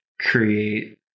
create